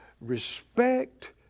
respect